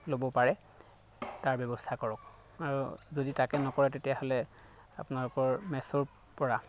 ল'ব পাৰে তাৰ ব্যৱস্থা কৰক আৰু যদি তাকে নকৰে তেতিয়াহ'লে আপোনালোকৰ মেছ'ৰ পৰা